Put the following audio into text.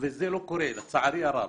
וזה לא קורה לצערי הרב.